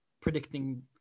predicting